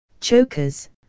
Chokers